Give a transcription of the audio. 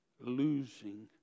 losing